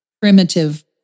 primitive